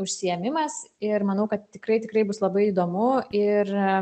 užsiėmimas ir manau kad tikrai tikrai bus labai įdomu ir